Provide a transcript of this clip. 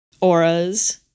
auras